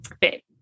bit